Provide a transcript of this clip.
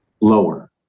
lower